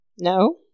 No